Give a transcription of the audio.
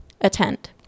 attend